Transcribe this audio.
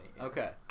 Okay